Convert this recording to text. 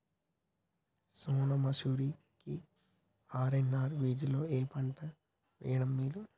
సోనా మాషురి కి ఆర్.ఎన్.ఆర్ వీటిలో ఏ పంట వెయ్యడం మేలు?